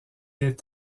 est